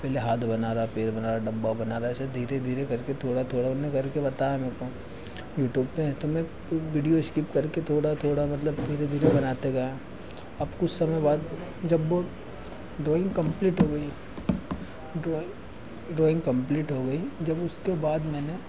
पहले हाथ बना रहा पेड़ बना रहा डब्बा बना रहा ऐसे धीरे धीरे करके थोड़ा थोड़ा उन्हें करके बताया मेको यूट्यूब पर तो मैं विडिओ स्किप करके थोड़ा थोड़ा मतलब धीरे धीरे बनाते गया अब कुछ समय बाद जब वह ड्रोइंग कम्पलीट हो गई ड्रोइंग ड्रोइंग कम्पलीट हो गई जब उसके बाद मैंने